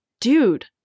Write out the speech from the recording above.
dude